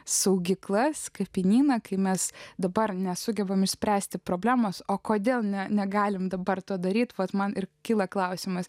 saugyklas kapinyną kai mes dabar nesugebame išspręsti problemos o kodėl ne negalime dabar to daryti vat man ir kyla klausimas